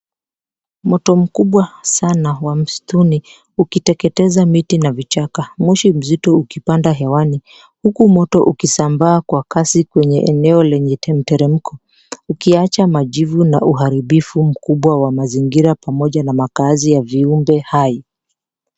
Moto mkubwa sana wa msituni ukiteketeza miti na vichaka, moshi mzito ukipanda hewani huku moto ukisambaa kwa kasi kwenye eneo lenye mteremko ukiacha majivu na uharibifu mkubwa wa mazingira pamoja na makaazi ya viumbe hai.